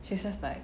she's just like